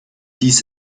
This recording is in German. dies